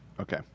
okay